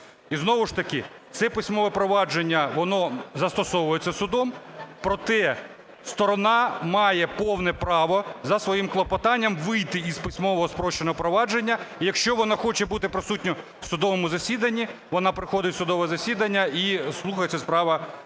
І знову ж таки це письмове провадження, воно застосовується судом, проте сторона має повне право за своїм клопотанням вийти із письмового спрощеного провадження. Якщо вона хоче бути присутня в судовому засіданні, вона приходить в судове засідання і слухається справа